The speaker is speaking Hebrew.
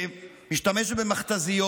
משתמשת במכת"זיות.